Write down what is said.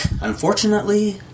Unfortunately